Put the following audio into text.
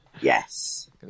Yes